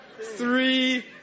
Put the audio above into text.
three